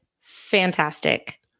fantastic